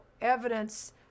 evidence